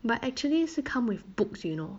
but actually 是 come with books you know